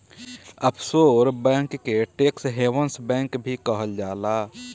offshore bank के tax havens bank भी कहल जाला